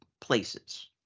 places